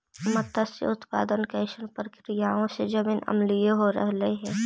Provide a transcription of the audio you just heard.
मत्स्य उत्पादन के अइसन प्रक्रियाओं से जमीन अम्लीय हो रहलई हे